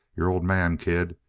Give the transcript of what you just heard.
your old man, kid.